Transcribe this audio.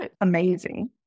amazing